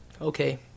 Okay